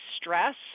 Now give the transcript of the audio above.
stress